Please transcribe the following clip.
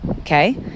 okay